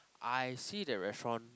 I see that restaurant